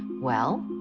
well,